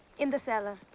in the cellar.